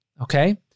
okay